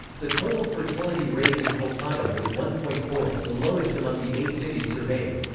the total fertility rate in kolkata was one point four, the lowest among the eight cities surveyed.